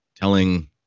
telling